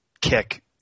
kick